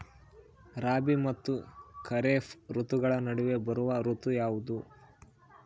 ರಾಬಿ ಮತ್ತು ಖಾರೇಫ್ ಋತುಗಳ ನಡುವೆ ಬರುವ ಋತು ಯಾವುದು?